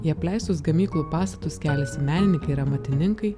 į apleistus gamyklų pastatus keliasi menininkai ir amatininkai